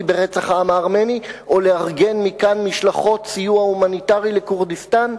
ברצח העם הארמני או לארגן מכאן משלחות סיוע הומניטרי לכורדיסטן?